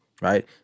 right